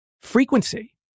frequency